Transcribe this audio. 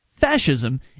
Fascism